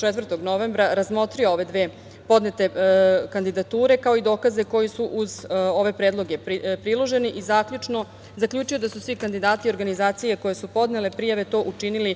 24. novembra razmotrio ove dve podnete kandidature, kao i dokaze koji su uz ove predloge priloženi i zaključio da su svi kandidati organizacije koje su podnele prijave to učinili